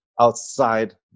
outside